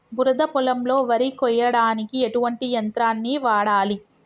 బురద పొలంలో వరి కొయ్యడానికి ఎటువంటి యంత్రాన్ని వాడాలి?